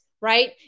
right